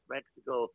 Mexico